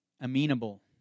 amenable